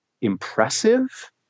impressive